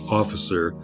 officer